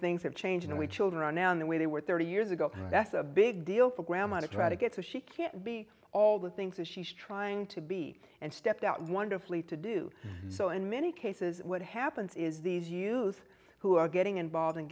things have changed the way children and the way they were thirty years ago that's a big deal for grandma to try to get so she can be all the things that she's trying to be and stepped out wonderfully to do so in many cases what happens is these use who are getting involved